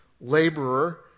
laborer